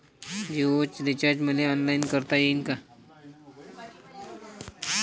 जीओच रिचार्ज मले ऑनलाईन करता येईन का?